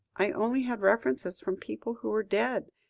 i only had references from people who were dead,